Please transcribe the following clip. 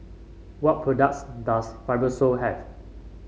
what products does Fibrosol have